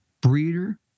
breeder